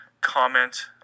comment